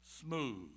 smooth